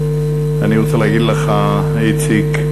אני רוצה להגיד לך, איציק,